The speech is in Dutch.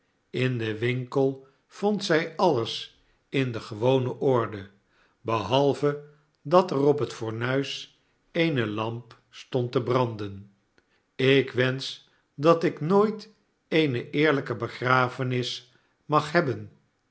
in den winkel vond zij alles in de gewone orde behalve dat er op het fornuis eene lamp stond te branden ik wensch dat ik nooit eene eerlijke begrafenis mag hebben